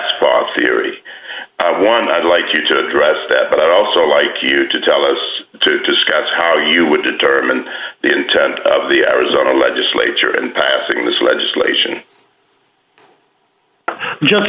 catspaw theory one i'd like you to address but i also like you to tell us to discuss how you would determine the intent of the arizona legislature and passing this legislation just